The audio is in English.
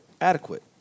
adequate